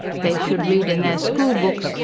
they should read in their school-books,